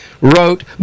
wrote